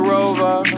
Rover